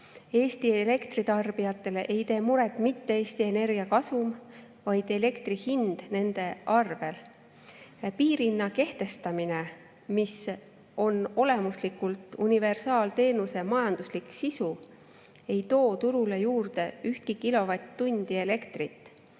Eesti elektritarbijatele ei tee muret mitte Eesti Energia kasum, vaid elektri hind nende arvetel. Piirhinna kehtestamine, mis on olemuslikult universaalteenuse majanduslik sisu, ei too turule juurde ühtegi